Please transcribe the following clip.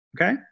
okay